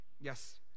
Yes